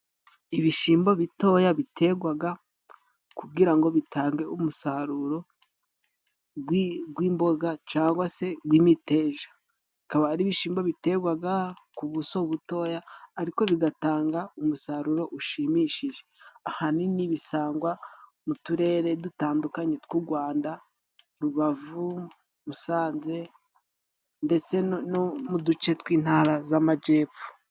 Ibishimbo bitoya bitegwaga kugira ngo bitange umusaruro gw'imboga cangwa se gw'imiteja, bikaba ari ibishimbo bitegwaga ku buso butoya ariko bigatanga umusaruro ushimishije ,ahanini bisangwa mu turere dutandukanye tw'u gwanda : Rubavu, Musanze ndetse no mu duce tw'intara z'amajepfo.